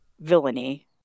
villainy